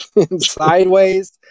sideways